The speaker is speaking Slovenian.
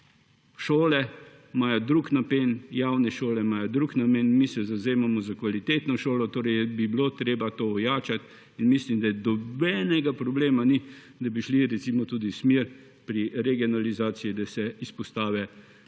Šole imajo drug namen, javne šole imajo drug namen. Mi se zavzemamo za kvalitetno šolo. Torej bi bilo treba to ojačati in mislim, da nobenega problema ni, da bi šli tudi v smeri regionalizacije, da se izpostave naredijo